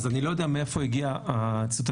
אז אני לא יודע מאיפה הגיעו הציטוט,